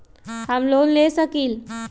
हम लोन ले सकील?